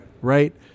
Right